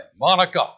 Monica